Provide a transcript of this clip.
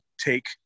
take